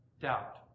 doubt